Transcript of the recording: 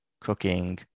cooking